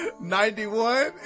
Ninety-one